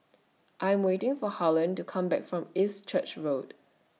I Am waiting For Harlen to Come Back from East Church Road